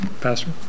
Pastor